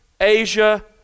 Asia